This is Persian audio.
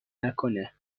نکنه